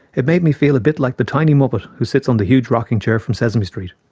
it made me feel a bit like the tiny muppet who sits on the huge rocking chair from sesame street,